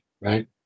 right